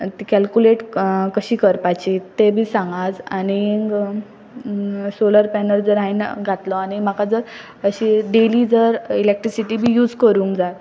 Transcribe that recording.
calculate कशी करपाची ते बी सांगात आनीक सोलर पॅनल जर हांवें घातलो आनी म्हाका जर अशी डेली जर इलॅक्ट्रिसिटी बी यूज करूंक जाय